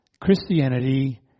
Christianity